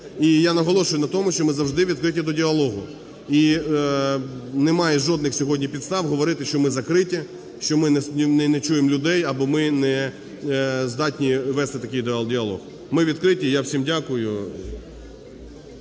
І я наголошую на тому, що ми завжди відкриті до діалогу. І немає жодних сьогодні підстав говорити, що ми закриті, що ми не чуємо людей або ми не здатні вести такий діалог, ми відкриті. І я всім дякую.